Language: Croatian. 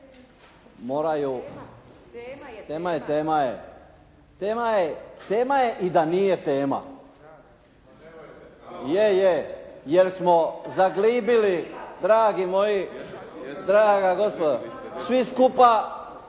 Tema je i da nije tema, jer smo zaglibili dragi moji, draga